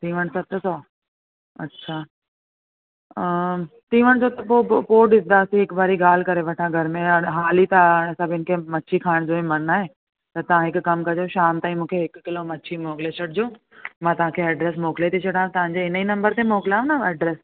तीवण सत सौ अछा तीवण जो त पोइ पोइ ॾिसंदासीं हिकु बारी ॻाल्हि करे वठा घर में हाली त सभिनी खे मछी खाइण जो ई मनु आए त तां हिकु कमु कयो शाम ताईं मूंखे हिकु किलो मछी मोकिले छॾिजो मां तांखे एड्रेस मोकिले ती छॾा तव्हांजे हिन ई नंबर ते मोकिला न एड्रेस